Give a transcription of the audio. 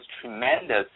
tremendous